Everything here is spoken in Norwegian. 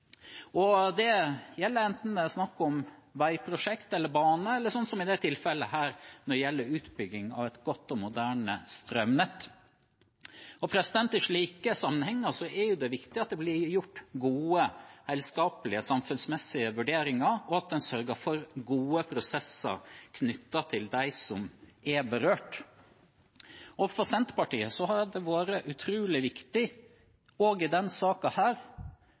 og moderne infrastruktur. Det gjelder enten det er snakk om veiprosjekt eller bane, eller – sånn som i dette tilfellet – når det gjelder utbygging av et godt og moderne strømnett. I slike sammenhenger er det viktig at det blir gjort gode, helhetlige samfunnsmessige vurderinger, og at en sørger for gode prosesser knyttet til dem som er berørt. For Senterpartiet har det vært utrolig viktig, også i